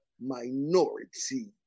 minority